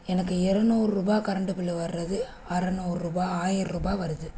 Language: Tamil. எனக்கு எரநூறுபா கரண்டு பில்லு வர்றது அறநூநூவா ஆயரரூபா வருது